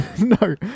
No